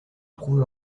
prouve